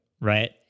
right